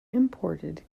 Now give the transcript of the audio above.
imported